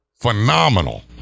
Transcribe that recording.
phenomenal